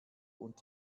und